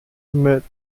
mit